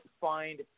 find